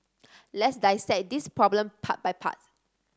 let's dissect this problem part by part